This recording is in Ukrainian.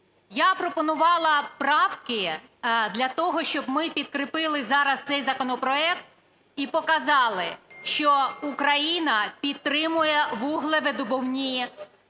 Я пропонувала правки для того, щоб ми підкріпили зараз цей законопроект і показали, що Україна підтримує вуглевидобувні